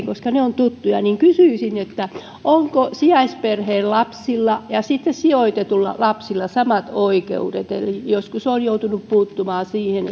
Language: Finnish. koska ne ovat tuttuja kysyisin onko sijaisperheen lapsilla ja sijoitetuilla lapsilla samat oikeudet joskus olen joutunut puuttumaan siihen